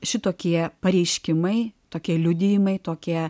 šitokie pareiškimai tokie liudijimai tokie